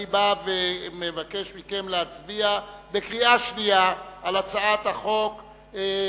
אני מבקש מכם להצביע בקריאה שנייה על הצעת חוק